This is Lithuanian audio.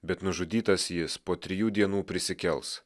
bet nužudytas jis po trijų dienų prisikels